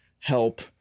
help